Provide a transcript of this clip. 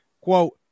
quote